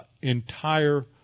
entire